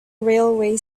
railway